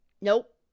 Nope